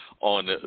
on